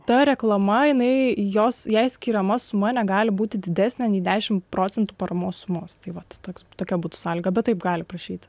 ta reklama jinai jos jai skiriama suma negali būti didesnė nei dešim procentų paramos sumos tai vat toks tokia būtų sąlyga bet taip gali prašyti